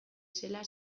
zela